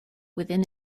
within